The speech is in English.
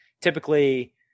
typically